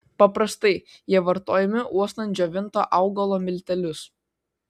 paprastai jie vartojami uostant džiovinto augalo miltelius